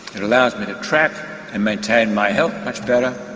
it allows me to track and maintain my health much better,